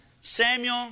Samuel